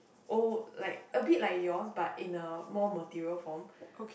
old like a bit like yours but in a more material form